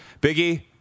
Biggie